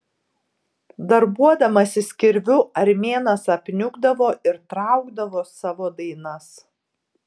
darbuodamasis kirviu armėnas apniukdavo ir traukdavo savo dainas